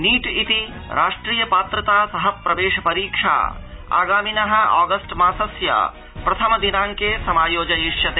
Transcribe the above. NEET इति राष्ट्रिय पात्रता सह प्रवेश परीक्षा आगामिनः ऑगस्ट मासस्य प्रथमे दिनांके समायोजयिष्यते